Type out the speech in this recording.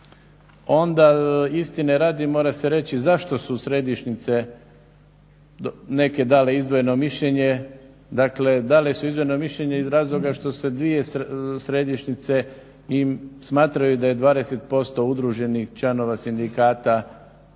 onda istine radi mora se reći zašto su središnjice neke dale izdvojeno mišljenje. Dakle dale su izdvojeno mišljenje iz razloga što se dvije središnjice smatraju da je 20% udruženih članova sindikata